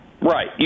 Right